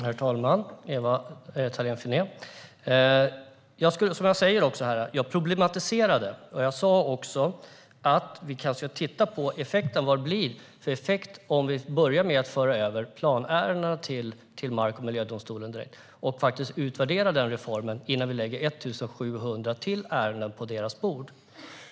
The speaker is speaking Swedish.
Herr talman! Ewa Thalén Finné! Det jag gjorde var att problematisera. Jag sa att vi kanske ska titta på vad det blir för effekt om vi börjar med att föra över planärendena direkt till mark och miljödomstolarna och utvärdera den reformen innan vi lägger 1 700 ärenden till på deras bord.